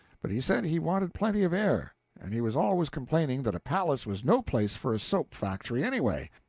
but he said he wanted plenty of air and he was always complaining that a palace was no place for a soap factory anyway,